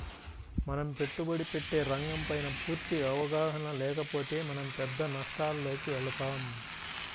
మనం పెట్టుబడి పెట్టే రంగంపైన పూర్తి అవగాహన లేకపోతే మనం పెద్ద నష్టాలలోకి వెళతాం